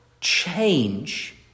change